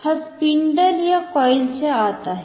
तर हा स्पिंडल या कॉईल च्या आत आहे